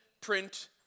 print